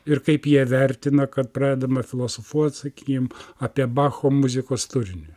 ir kaip jie vertina kad pradedama filosofuot sakykim apie bacho muzikos turinį